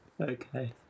Okay